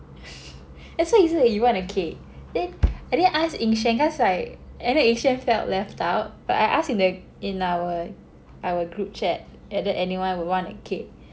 that's why you say you want a cake then I did ask Yin Shen cause like I know Yin Shen felt left out but I asked in the in our our group chat whether anyone would want a cake